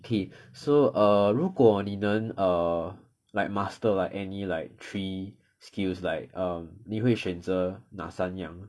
K so err 如果你能 err like master like any like three skills like um 你会选择哪三样